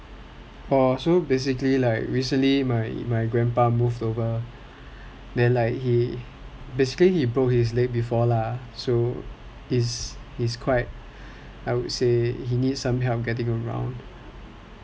orh so basically like recently my grandpa moved over then like he basically he broke his leg before lah so he's quite I would say he needs some help getting around